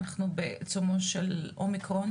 בעיצומו של האומיקרון?